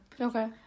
Okay